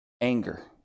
Anger